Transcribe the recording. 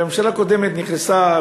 הרי ממשלה קודמת נכנסה,